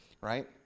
right